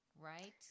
Right